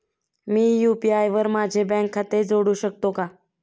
मी UPI वर माझे bank खाते जोडू शकतो का?